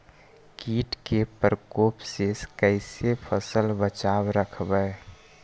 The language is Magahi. कीट के परकोप से कैसे फसल बचाब रखबय?